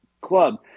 club